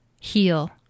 heal